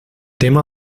tema